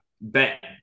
bet